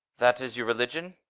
that is your religion?